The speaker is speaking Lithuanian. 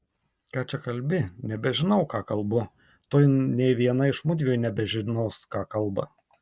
ką čia kalbi nebežinau ką kalbu tuoj nė viena iš mudviejų nebežinos ką kalba